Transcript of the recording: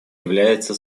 является